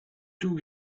two